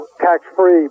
tax-free